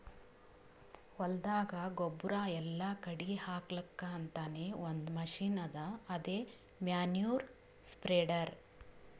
ಹೊಲ್ದಾಗ ಗೊಬ್ಬುರ್ ಎಲ್ಲಾ ಕಡಿ ಹಾಕಲಕ್ಕ್ ಅಂತಾನೆ ಒಂದ್ ಮಷಿನ್ ಅದಾ ಅದೇ ಮ್ಯಾನ್ಯೂರ್ ಸ್ಪ್ರೆಡರ್